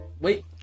Wait